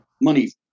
money